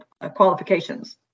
qualifications